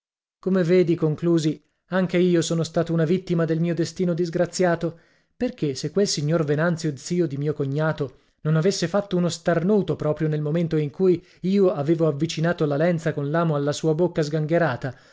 come vedi conclusi anche io sono stato una vittima del mio destino disgraziato perché se quel signor venanzio zio di mio cognato non avesse fatto uno starnuto proprio nel momento in cui lo avevo avvicinato la lenza con l'amo alla sua bocca sgangherata